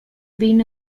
been